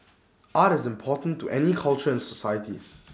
art is important to any culture and societies